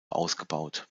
ausgebaut